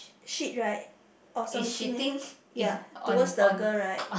switch right or something ya towards the girl right